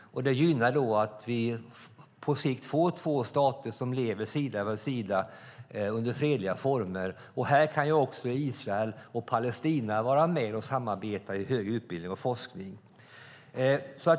Det gynnar att vi på sikt får två stater som lever sida vid sida under fredliga former. Här kan också Israel och Palestina vara med och samarbeta om högre utbildning och forskning.